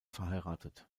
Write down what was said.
verheiratet